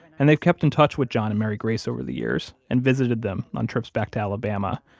and they've kept in touch with john and mary grace over the years and visited them on trips back to alabama.